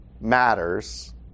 matters